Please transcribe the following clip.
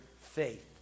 faith